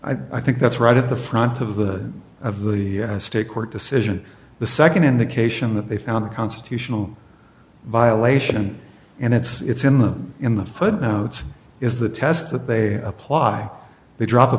valid i think that's right at the front of the of the state court decision the second indication that they found a constitutional violation and it's in the in the footnotes is the test that they apply they drop a